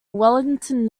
wellington